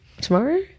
tomorrow